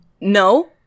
No